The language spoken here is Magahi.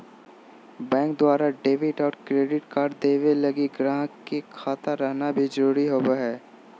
बैंक द्वारा डेबिट और क्रेडिट कार्ड देवे लगी गाहक के खाता रहना भी जरूरी होवो